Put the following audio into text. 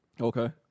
Okay